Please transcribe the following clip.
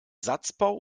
satzbau